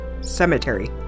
Cemetery